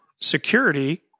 security